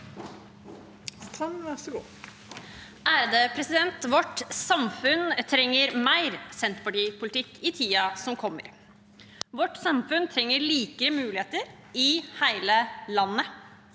(Sp) Vårt samfunn trenger mer senterpartipolitikk i tiden som kommer. Vårt samfunn trenger likere muligheter i hele landet.